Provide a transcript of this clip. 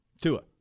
Tua